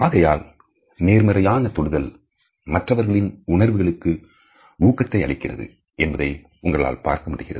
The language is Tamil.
ஆகையால் நேர்மறையான தொடுதல் மற்றவர்களின் உணர்வுகளுக்கு ஊக்கத்தை அளிக்கிறது என்பதை உங்களால் பார்க்க முடிகிறது